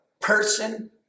person